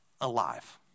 Alive